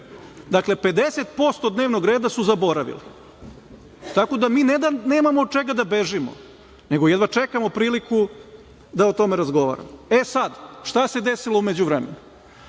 Dakle, 50% dnevnog reda su zaboravili. Tako da mi ne da nemamo od čega da bežimo, nego jedva čekamo priliku da o tome razgovaramo. Sad, šta se desilo u međuvremenu?